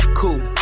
cool